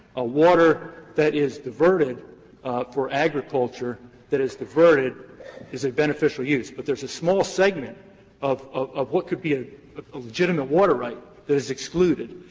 ah water that is diverted for agriculture that is diverted is a beneficial use, but there's a small segment of of what could be ah a legitimate water right that is excluded.